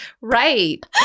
Right